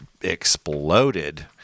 exploded